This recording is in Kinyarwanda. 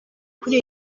kuri